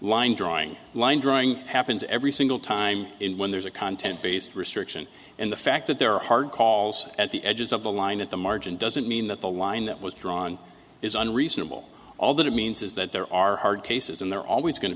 line drawing line drawing happens every single time when there's a content based restriction and the fact that there are hard calls at the edges of the line at the margin doesn't mean that the line that was drawn is unreasonable all that it means is that there are cases and there are always going to